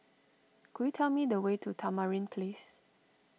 could you tell me the way to Tamarind Place